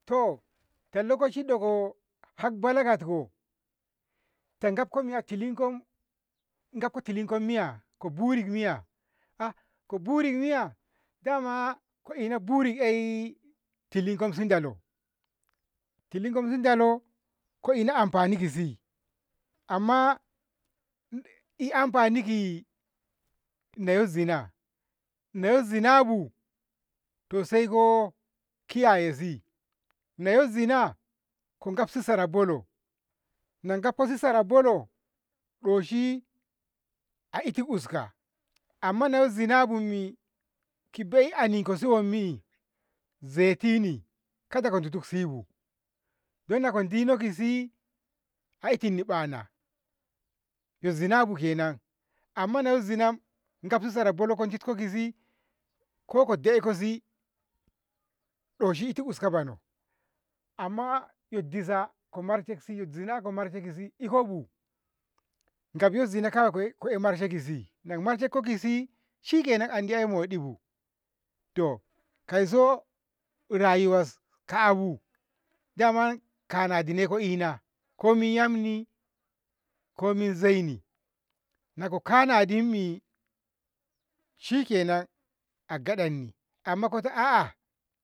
to ta lokaci dako harbala katko tagafko miya a tilinko, gafko tilinko miya ko buri miya ah koburi miya dama ko ina buri ey tilikosi ndalo, tiliko ndalo dama ko ina amfani kisi amma eh amfani ki leyo zina leyo zinabu saiko kiyayesi, layo zina saiko gafsi sara bolo, na gafasi sara bolo doshi a itin uska amma layo zinabummi ke bei aninkosi wammi zetin karko ditu kisibu lokaci ko dani kisi a ina baana yozinabu kenan amma nayo zina gafi sara bolo sako ditko kisi ko kodeikosi doshi itu uska bono amma yo disa ko marshe kisi yo zina ko marshe kishi ikobu, gafi yo zina kawai ko'e marshe kisi nako marshenko kisi shikenan and ei moɗibu. Kauso rayuwas ka'abu daman kanadi ne ko'ina komi yammi komi yamni nako kanadimmi shikenan a gaɗanni amma kota aa